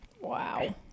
Wow